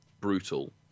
brutal